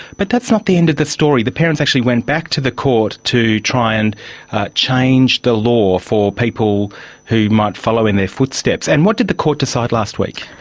but that's not the end of the story. the parents actually went back to the court to try and change the law for people who might follow in their footsteps. and what did the court decide last week?